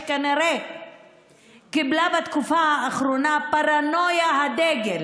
שכנראה קיבלה בתקופה האחרונה פרנוית דגל?